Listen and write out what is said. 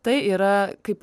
tai yra kaip